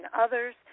others